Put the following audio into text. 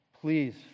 Please